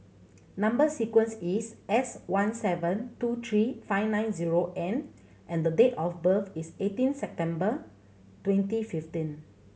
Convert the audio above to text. number sequence is S one seven two three five nine zero N and the date of birth is eighteen September twenty fifteen